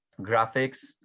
graphics